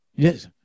Yes